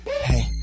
Hey